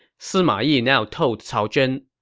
sima yi now told cao zhen,